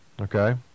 okay